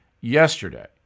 yesterday